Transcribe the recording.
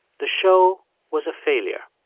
the show was a failure.